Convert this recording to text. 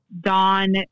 Dawn